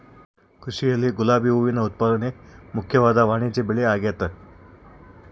ಕೃಷಿಯಲ್ಲಿ ಗುಲಾಬಿ ಹೂವಿನ ಉತ್ಪಾದನೆ ಮುಖ್ಯವಾದ ವಾಣಿಜ್ಯಬೆಳೆಆಗೆತೆ